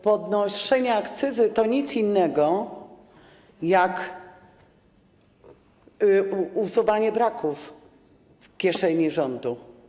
Podnoszenie akcyzy to nic innego jak usuwanie braków w kieszeni rządu.